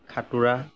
সাতোঁৰা